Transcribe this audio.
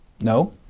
No